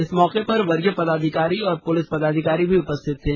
इस मौके पर वरीय पदाधिकारी और पुलिस पदाधिकारी उपस्थित थे